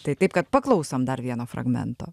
tai taip kad paklausom dar vieno fragmento